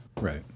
right